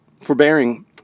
forbearing